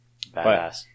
badass